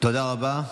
תודה רבה.